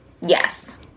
Yes